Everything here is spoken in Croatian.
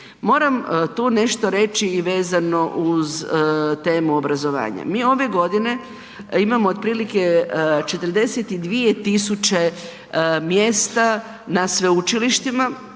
Moram tu nešto reći i vezano uz temu obrazovanja, mi ove godine imamo otprilike 42.000 mjesta na sveučilištima,